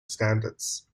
standards